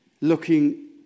looking